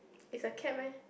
it's a cap meh